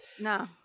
No